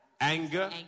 Anger